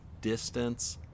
distance